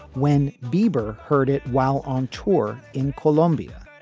when bieber heard it while on tour in colombia,